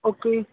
okay